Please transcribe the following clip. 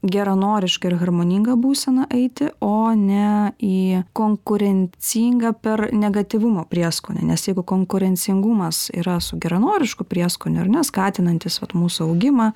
geranorišką ir harmoningą būseną eiti o ne į konkurencingą per negatyvumo prieskonį nes jeigu konkurencingumas yra su geranorišku prieskoniu ar ne skatinantis vat mūsų augimą